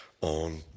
on